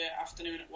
afternoon